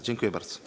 Dziękuję bardzo.